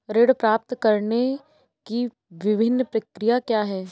ऋण प्राप्त करने की विभिन्न प्रक्रिया क्या हैं?